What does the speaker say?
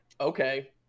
Okay